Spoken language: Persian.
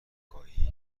آگاهی